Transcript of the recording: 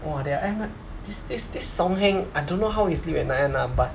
!wah! their M_L_M thi~ this this song heng I don't know how he sleep at night [one] lah but